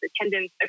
attendance